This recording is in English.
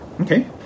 Okay